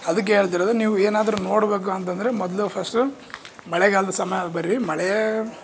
ಅದಕ್ಕೆ ಹೇಳ್ತಿರೋದು ನೀವು ಏನಾದರು ನೋಡಬೇಕು ಅಂತಂದ್ರೆ ಮೊದಲು ಫಸ್ಟ್ ಮಳೆಗಾಲದ ಸಮಯ ಹೋಗಬೇಡ್ರಿ ಮಳೆ